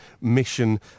mission